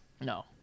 No